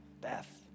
Beth